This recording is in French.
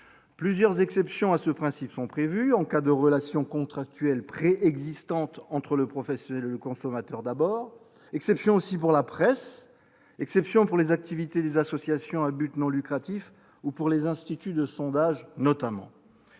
Plusieurs exceptions à ce principe sont prévues, notamment en cas de relations contractuelles préexistantes entre le professionnel et le consommateur, ainsi que pour la presse, pour les activités des associations à but non lucratif ou pour les instituts de sondages.